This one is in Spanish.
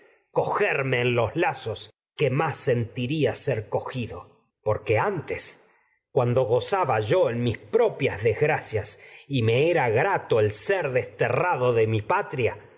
cogerme en los lazos que más sentiría yo cogido porque antes me era cuando gozaba ser en mis de propias desgracias y mi grato el riendo desterrado patria